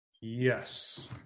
Yes